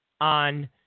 on